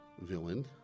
villain